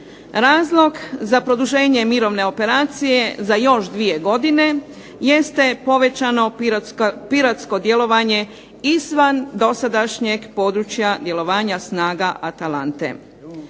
Razlog za produženje mirovne operacije za još dvije godine jeste povećano piratsko djelovanje izvan dosadašnjeg područja djelovanja snaga "ATALANTE".